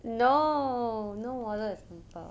no no model examples